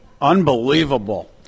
Unbelievable